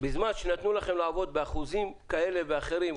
בזמן שנתנו לכם לעבוד באחוזים כאלה ואחרים,